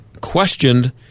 questioned